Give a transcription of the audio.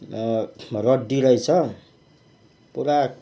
रड्डी रहेछ पुरा